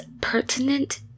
pertinent